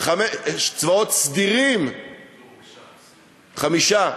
חמש צבאות סדירים, חמישה.